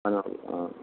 നാന്നൂറ് ആ